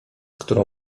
którą